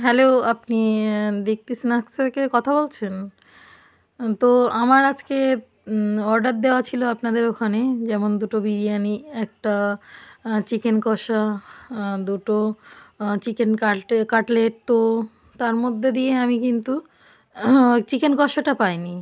hello আপনি দেক্তি snacks থেকে কথা বলছেন তো আমার আজকে অর্ডার দেওয়া ছিলো আপনাদের ওখানেই যেমন দুটো বিরিয়ানি একটা চিকেন কষা দুটো চিকেন কাটলে কাটলেট তো তার মধ্যে দিয়ে আমি কিন্তু চিকেন কষাটা পাইনি